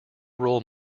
role